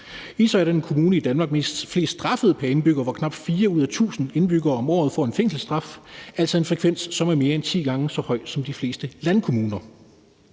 Ishøj er den kommune i Danmark med flest straffede pr. indbygger, hvor knap 4 ud af 1.000 indbyggere om året får en fængselsstraf, altså en frekvens, som er mere end ti gange så høj som de fleste landkommuners.